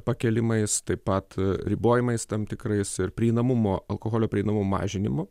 pakėlimais taip pat ribojimais tam tikrais ir prieinamumo alkoholio prieinamumo mažinimo